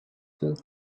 fuel